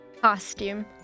costume